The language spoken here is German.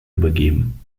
übergeben